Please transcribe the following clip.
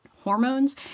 hormones